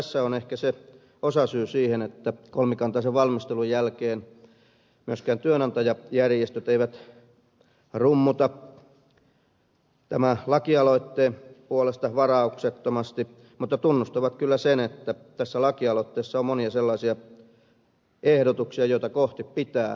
tässä on ehkä osasyy siihen että kolmikantaisen valmistelun jälkeen myöskään työnantajajärjestöt eivät rummuta tämän lakialoitteen puolesta varauksettomasti mutta tunnustavat kyllä sen että tässä lakialoitteessa on monia sellaisia ehdotuksia joita kohti pitää mennä